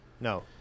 No